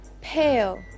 pale